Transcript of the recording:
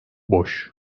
boş